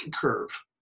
curve